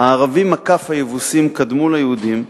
"הערבים, היבוסים קדמו ליהודים,